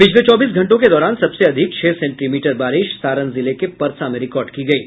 पिछले चौबीस घंटों के दौरान सबसे अधिक छह सेंटीमीटर बारिश सारण जिले के परसा में रिकार्ड की गयी